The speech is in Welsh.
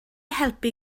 helpu